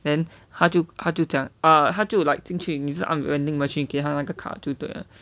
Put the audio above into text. then 他就他就讲 ah 他就 like 进去你是按 vending machine 给他那个卡就对了:gei ta na ge kaa jiu dui le